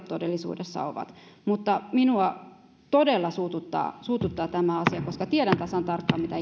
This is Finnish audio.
todellisuudessa ovat mutta minua todella suututtaa suututtaa tämä asia koska tiedän tasan tarkkaan mitä